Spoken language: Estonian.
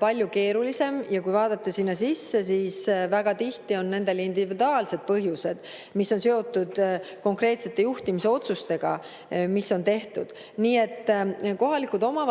palju keerulisem. Kui vaadata täpsemalt, siis väga tihti on näha, et neil on individuaalsed põhjused, mis on seotud konkreetsete juhtimisotsustega, mis on tehtud. Nii et kohalikud omavalitsused